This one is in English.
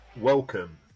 welcome